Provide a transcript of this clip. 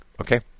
Okay